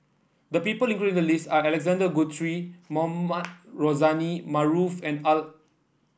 the people included in the list are Alexander Guthrie Mohamed Rozani Maarof and Al